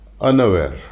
unaware